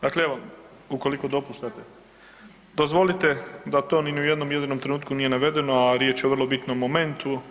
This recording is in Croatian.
Dakle evo ukoliko dopuštate, dozvolite da to ni u jednom jedinom trenutku nije navedeno, a riječ je vrlo bitnom momentu.